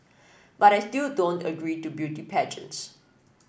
but I still don't agree to beauty pageants